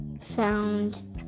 found